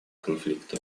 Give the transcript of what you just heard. конфликта